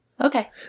Okay